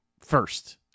first